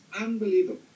unbelievable